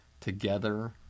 Together